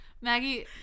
Maggie